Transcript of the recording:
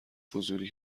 فضولی